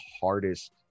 hardest